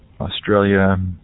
Australia